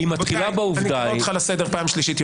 היא מתחילה בעובדה --- אני קורא אותך לסדר פעם שלישית,